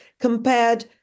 compared